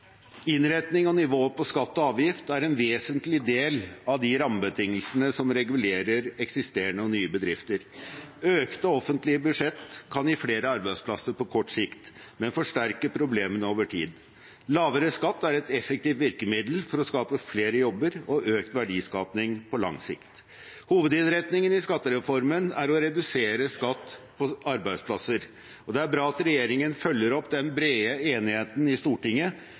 Innretning og nivå på skatter og avgifter er en vesentlig del av de rammebetingelsene som regulerer eksisterende og nye bedrifter. Økte offentlige budsjetter kan gi flere arbeidsplasser på kort sikt, men forsterke problemene over tid. Lavere skatt er et effektivt virkemiddel for å skape flere jobber og økt verdiskaping på lang sikt. Hovedinnretningen i skattereformen er å redusere skatt på arbeidsplasser, og det er bra at regjeringen følger opp den brede enigheten i Stortinget